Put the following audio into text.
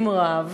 עם רב,